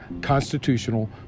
constitutional